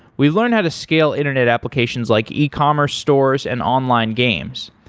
we learn how to scale internet applications like e-commerce stores and online games.